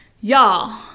Y'all